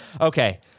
Okay